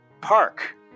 park